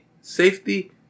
safety